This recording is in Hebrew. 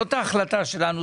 זאת ההחלטה שלנו.